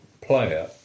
player